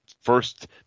first